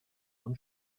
von